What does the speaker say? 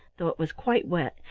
though it was quite wet,